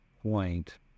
point